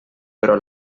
però